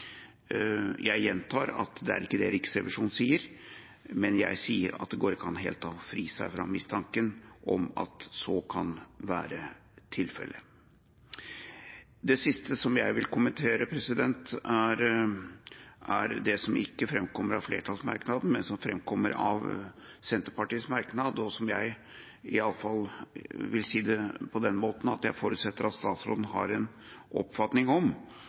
Jeg gjentar at det er ikke det Riksrevisjonen sier, men jeg sier at det går ikke an helt å fri seg fra mistanken om at det kan være tilfellet. Det siste jeg vil kommentere, gjelder det som ikke framkommer av flertallsmerknaden, men som framkommer av Senterpartiets merknad, og som – jeg vil i alle fall si det på den måten – jeg forutsetter at statsråden har en oppfatning om.